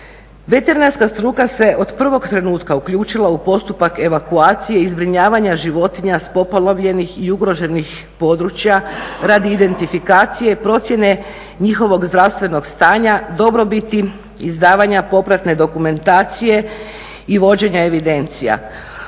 veterinarska struka se od prvog trenutka uključila u postupak evakuacije i zbrinjavanja životinja s poplavljenih i ugroženih područja radi identifikacije i procjene njihovog zdravstvenog stanja, dobrobiti, izdavanja popratne dokumentacije i vođenja evidencija.